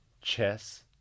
chess